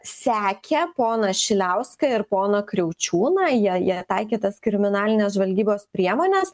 sekė poną šiliauską ir poną kriaučiūną jie jie taikė tas kriminalinės žvalgybos priemones